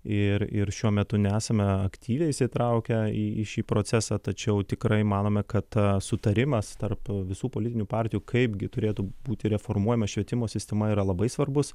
ir ir šiuo metu nesame aktyviai įsitraukę į šį procesą tačiau tikrai manome kad sutarimas tarp visų politinių partijų kaipgi turėtų būti reformuojama švietimo sistema yra labai svarbus